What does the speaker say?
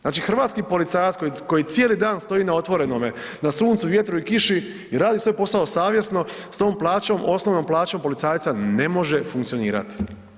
Znači, hrvatski policajac koji cijeli dan stoji na otvorenome, na suncu, vjetru i kiši i radi svoj posao savjesno, s tom plaćom, osnovnom plaćom policajca, ne može funkcionirati.